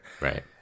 Right